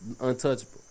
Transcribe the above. Untouchable